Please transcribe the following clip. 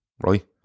right